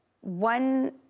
one